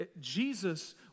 Jesus